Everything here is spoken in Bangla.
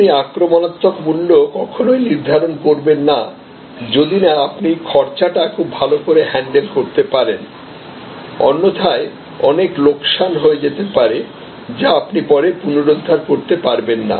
আপনি আক্রমণাত্মক মূল্য কখনোই নির্ধারণ করবেন না যদি না আপনি খরচা টা খুব ভালো করে হ্যান্ডেল করতে পারেন অন্যথায় অনেক লোকসান হয়ে যেতে পারে যা আপনি পরে পুনরুদ্ধার করতে পারবেন না